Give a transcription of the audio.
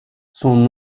son